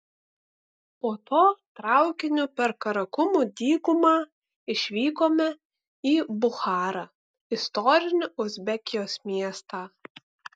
po to traukiniu per karakumų dykumą išvykome į bucharą istorinį uzbekijos miestą